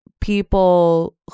people